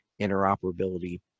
interoperability